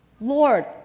Lord